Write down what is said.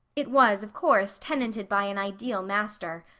it was, of course, tenanted by an ideal master,